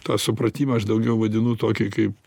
tą supratimą aš daugiau vadinu tokį kaip